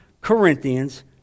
Corinthians